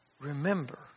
remember